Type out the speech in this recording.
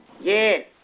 Yes